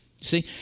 See